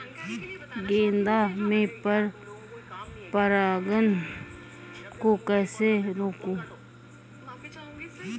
गेंदा में पर परागन को कैसे रोकुं?